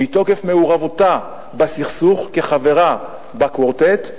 מתוקף מעורבותה בסכסוך כחברה בקוורטט,